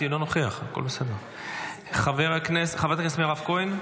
נוכח, חברת הכנסת מירב כהן,